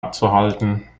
abzuhalten